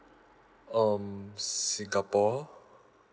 um singapore